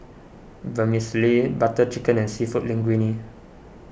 Vermicelli Butter Chicken and Seafood Linguine